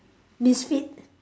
misfit